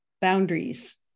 boundaries